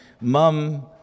Mum